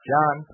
John